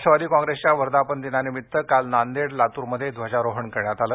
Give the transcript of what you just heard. राष्ट्रवादी कॉंग्रेसच्या वर्धापन दिनानिमित्त काल नांदेड लातूरमध्ये ध्वजारोहण करण्यात आलं